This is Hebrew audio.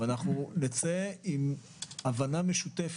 נצא עם הבנה משותפת,